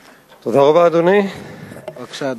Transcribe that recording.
אדוני, תודה רבה.